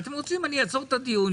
אתם רוצים, אני אעצור את הדיון.